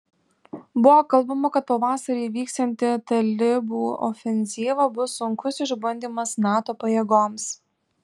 buvo kalbama kad pavasarį vyksianti talibų ofenzyva bus sunkus išbandymas nato pajėgoms